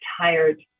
tired